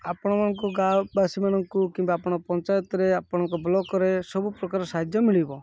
ଆପଣମାନଙ୍କୁ ଗାଁ ବାସୀମାନଙ୍କୁ କିମ୍ବା ଆପଣ ପଞ୍ଚାୟତରେ ଆପଣଙ୍କ ବ୍ଲକ୍ରେ ସବୁ ପ୍ରକାର ସାହାଯ୍ୟ ମିଳିବ